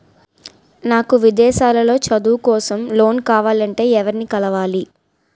నాకు విదేశాలలో చదువు కోసం లోన్ కావాలంటే ఎవరిని కలవాలి?